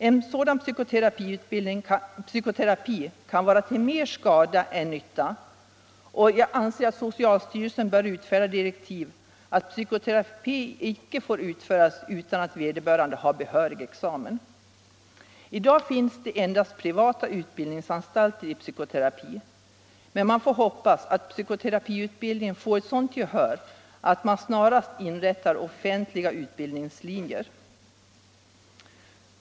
En sådan psykoterapi kan vara till mer skada än nytta, och jag anser att socialstyrelsen därför bör utfärda direktiv att psykoterapi icke får utföras utan att vederbörande har behörig examen. I dag finns det endast privata utbildningsanstalter för psykoterapi. Jag hoppas emellertid att psykoterapin får ett sådant gehör att man snarast inrättar offentliga utbildningslinjer.